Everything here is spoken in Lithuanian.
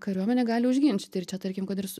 kariuomenė gali užginčyti ir čia tarkim kad ir su